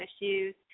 issues